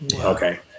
Okay